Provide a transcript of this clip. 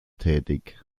tätig